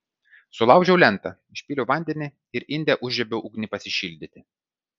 sulaužiau lentą išpyliau vandenį ir inde užžiebiau ugnį pasišildyti